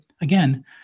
again